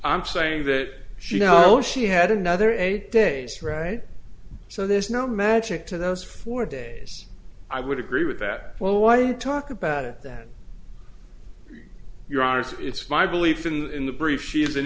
i'm saying that she know she had another eight days right so there's no magic to those four days i would agree with that well why do you talk about it that your honour's it's my belief in the brief she is an